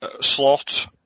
slot